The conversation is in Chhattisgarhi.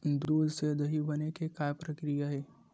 दूध से दही बने के का प्रक्रिया हे?